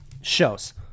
shows